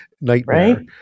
nightmare